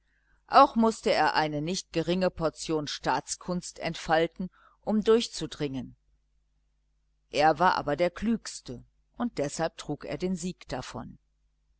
auch mußte er eine nicht geringe portion staatskunst entfalten um durchzudringen er war aber der klügste und deshalb trug er den sieg davon